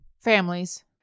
Families